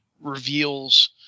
reveals